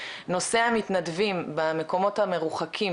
נושא המתנדבים במקומות המרוחקים,